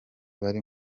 bari